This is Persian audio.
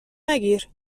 نگیر